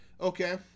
okay